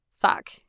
fuck